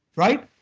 right?